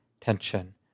tension